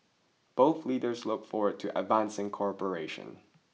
both leaders look forward to advancing cooperation